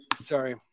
Sorry